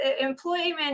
employment